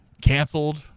canceled